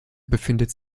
befindet